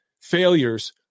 failures